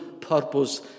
purpose